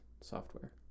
Software